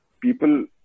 people